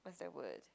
what's that word